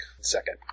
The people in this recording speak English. second